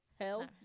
Hell